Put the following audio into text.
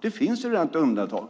Det finns ju redan ett undantag.